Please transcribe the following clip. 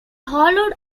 hollowed